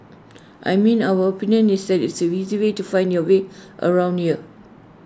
I mean our opinion is that it's so easy way to find your way around here